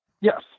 Yes